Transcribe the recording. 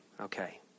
okay